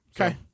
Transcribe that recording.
okay